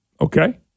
Okay